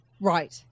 Right